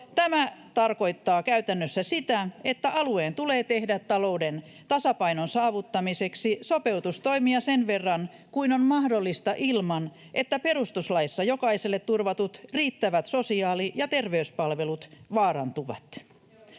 Tämä tarkoittaa käytännössä sitä, että alueen tulee tehdä talouden tasapainon saavuttamiseksi sopeutustoimia sen verran kuin on mahdollista ilman, että perustuslaissa jokaiselle turvatut riittävät sosiaali- ja terveyspalvelut vaarantuvat.